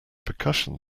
percussion